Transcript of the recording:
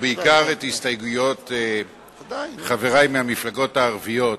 ובעיקר את הסתייגויות חברי מהמפלגות הערביות,